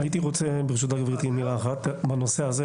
היועצת המשפטית בבקשה.